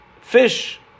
Fish